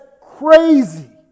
crazy